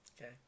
Okay